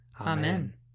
Amen